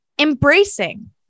embracing